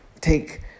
take